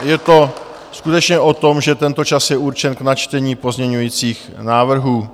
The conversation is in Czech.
Je to skutečně o tom, že tento čas je určen k načtení pozměňovacích návrhů.